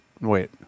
Wait